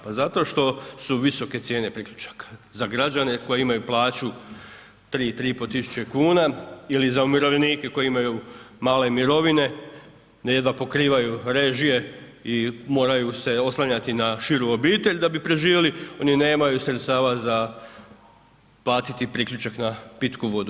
Pa zato što su visoke cijene priključaka za građane koji imaju plaću 3, 3.500 kuna ili za umirovljenike koji imaju male mirovine da jedva pokrivaju režije i moraju se oslanjati na širu obitelj da bi preživjeli, oni nemaju sredstava za platiti priključak na pitku vodu.